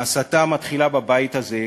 ההסתה מתחילה בבית הזה,